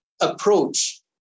approach